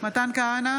בהצבעה מתן כהנא,